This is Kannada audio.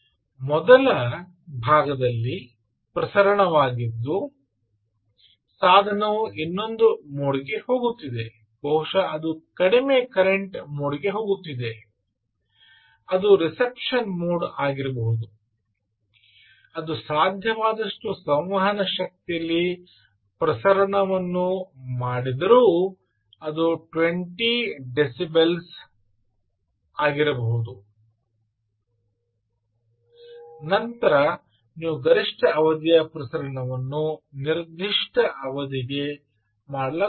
ಮೊದಲ ಭಾಗದಲ್ಲಿ ಪ್ರಸರಣವಾಗಿದ್ದುಸಾಧನವು ಇನ್ನೊಂದು ಮೋಡ್ಗೆ ಹೋಗುತ್ತಿದೆ ಬಹುಶಃ ಅದು ಕಡಿಮೆ ಕರೆಂಟ್ ಮೋಡ್ ಗೆ ಹೋಗುತ್ತಿದೆ ಅದು ರಿಸೆಪ್ಷನ್ ಮೋಡ್ ಆಗಿರಬಹುದು ಅದು ಸಾಧ್ಯವಾದಷ್ಟು ಸಂವಹನ ಶಕ್ತಿಯಲ್ಲಿ ಪ್ರಸರಣವನ್ನು ಮಾಡಿದರೂ ಅದು 20 ಡಿಬಿಎಂ ಆಗಿರಬಹುದು ತದನಂತರ ನೀವು ಗರಿಷ್ಠ ಅವಧಿಯ ಪ್ರಸರಣವನ್ನು ನಿರ್ದಿಷ್ಟ ಅವಧಿಗೆ ಮಾಡಲಾಗುತ್ತದೆ